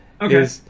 Okay